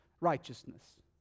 righteousness